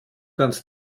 ganz